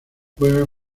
juega